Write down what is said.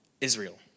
Israel